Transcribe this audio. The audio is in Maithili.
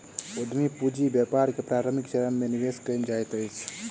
उद्यम पूंजी व्यापार के प्रारंभिक चरण में निवेश कयल जाइत अछि